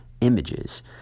images